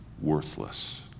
worthless